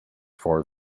for